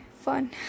fun